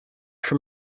for